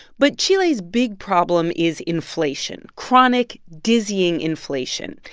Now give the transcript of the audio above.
but chile's big problem is inflation chronic, dizzying inflation.